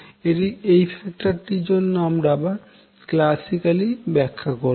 এটি ফ্যাক্টরটির জন্য আমরা আবার ক্ল্যাসিক্যালি ব্যাখ্যা করবো